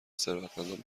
ثروتمندان